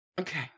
Okay